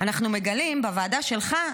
ואנחנו מגלים בוועדה שלך,